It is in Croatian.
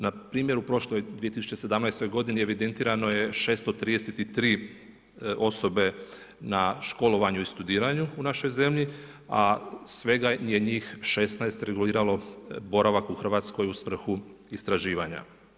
Npr. u prošloj 2017. godini evidentirano je 633 osobe na školovanju i studiranju u našoj zemlji, a svega je njih 16 reguliralo boravak u Hrvatskoj u svrhu istraživanja.